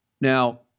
Now